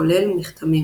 כולל מכתמים